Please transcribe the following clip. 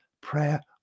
prayer